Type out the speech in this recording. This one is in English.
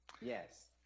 Yes